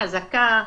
חזקה,